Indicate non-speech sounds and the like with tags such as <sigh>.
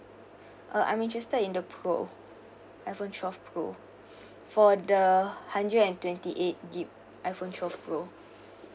uh I'm interested in the pro iphone twelve pro <breath> for the hundred and twenty eight gig iphone twelve pro